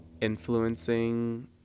influencing